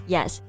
Yes